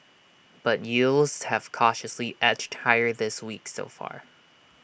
but yields have cautiously edged higher this week so far